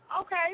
Okay